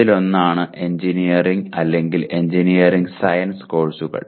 അതിലൊന്നാണ് എഞ്ചിനീയറിംഗ് അല്ലെങ്കിൽ engineering science കോഴ്സുകൾ